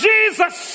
Jesus